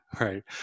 Right